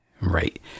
Right